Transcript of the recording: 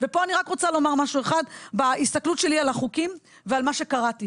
פה אני רוצה לומר משהו אחד בהסתכלות שלי על החוקים ועל מה שקראתי,